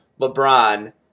LeBron